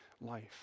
life